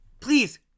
please